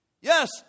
Yes